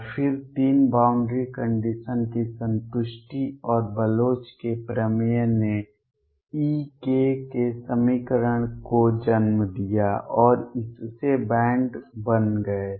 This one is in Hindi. और फिर तीन बॉउंड्री कंडीशन की संतुष्टि और बलोच के प्रमेय ने E के समीकरण को जन्म दिया और इससे बैंड बन गए